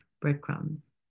breadcrumbs